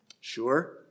Sure